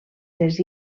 les